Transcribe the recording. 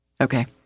Okay